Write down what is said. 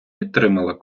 підтримала